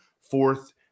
fourth